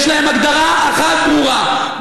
יש להן הגדרה אחת ברורה,